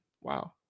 Wow